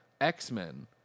x-men